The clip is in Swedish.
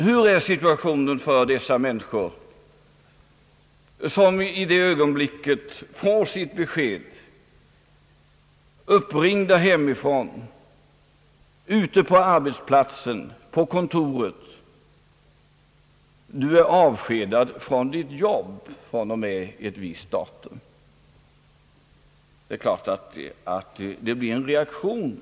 Hur är situationen för dessa människor, som blir uppringda hemifrån och i det ögonblicket får sitt besked ute på arbetsplatsen, på kontoret: du är avskedad från ditt jobb från och med ett visst datum? Det är klart att sådant leder till en reaktion.